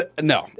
No